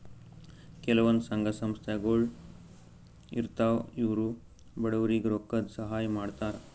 ಕೆಲವಂದ್ ಸಂಘ ಸಂಸ್ಥಾಗೊಳ್ ಇರ್ತವ್ ಇವ್ರು ಬಡವ್ರಿಗ್ ರೊಕ್ಕದ್ ಸಹಾಯ್ ಮಾಡ್ತರ್